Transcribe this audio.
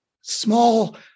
small